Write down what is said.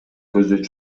көздөй